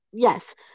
Yes